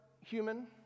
human